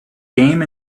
game